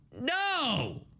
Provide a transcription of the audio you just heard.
no